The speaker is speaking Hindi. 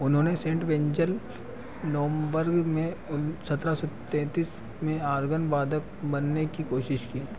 उन्होंने सेंट वेंजल नवम्बर में उन सत्रह सौ तैंतीस में आर्गन वादक